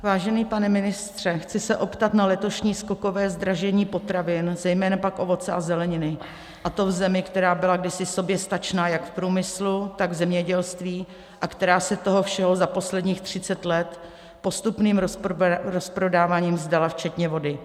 Vážený pane ministře, chci se optat na letošní skokové zdražení potravin, zejména pak ovoce a zeleniny, a to v zemi, která byla kdysi soběstačná jak v průmyslu, tak v zemědělství a která se toho všeho za posledních 30 let postupným rozprodáváním vzdala včetně vody.